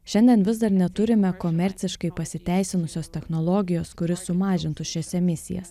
šiandien vis dar neturime komerciškai pasiteisinusios technologijos kuri sumažintų šias emisijas